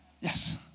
Yes